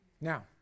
Now